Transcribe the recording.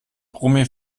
brummi